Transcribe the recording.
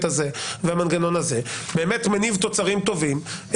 הזה והמנגנון הזה באמת מניב תוצרים טובים,